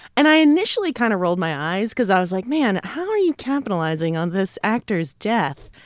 and i initially kind of rolled my eyes cause i was like, man, how are you capitalizing on this actor's death.